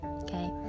okay